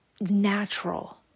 natural